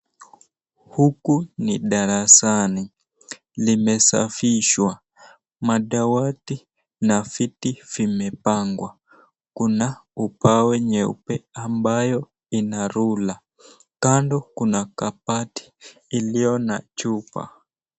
Huku ni darasani. Limesafishwa. Madawati na viti vimepangwa. Kuna ubao nyeupe ambayo ina rula. Kando, kuna kabati iliyo na chupa.